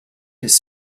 his